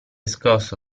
scosso